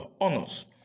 honors